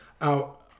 out